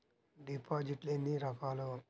డిపాజిట్లు ఎన్ని రకాలు?